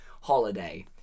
holiday